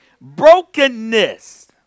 Brokenness